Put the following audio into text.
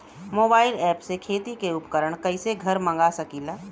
Mobile ऐपसे खेती के उपकरण कइसे घर मगा सकीला?